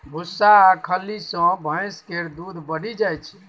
भुस्सा आ खल्ली सँ भैंस केर दूध बढ़ि जाइ छै